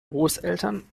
großeltern